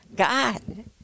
God